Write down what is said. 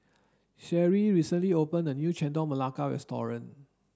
Sherri recently opened a new Chendol Melaka restaurant